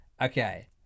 Okay